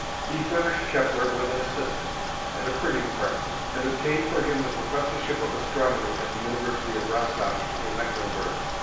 he furnished kepler with an assistant and a printing press and obtained for him the professorship of astronomy at the university of rostock in mecklenburg.